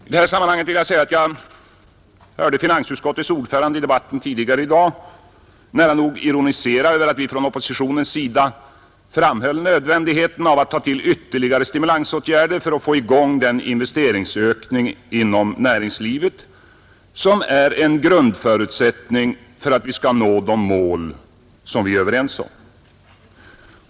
I detta sammanhang vill jag framhålla att jag hörde finansutskottets ordförande i debatten tidigare i dag nära nog ironisera över att vi från oppositionens sida framhöll nödvändigheten av att ta till ytterligare stimulansåtgärder för att få i gång den investeringsökning inom närings livet som är en grundförutsättning för att vi skall nå det mål som vi är överens om.